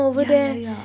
yeah yeah yeah